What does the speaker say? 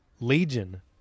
Legion